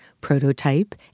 prototype